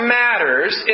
matters